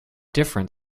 different